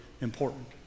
important